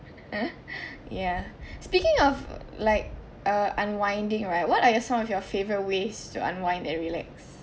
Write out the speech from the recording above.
yeah speaking of like uh unwinding right what are your some of your favourite ways to unwind and relax